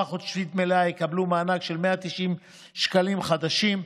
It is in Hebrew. חודשית מלאה יקבלו מענק של 190 שקלים חדשים,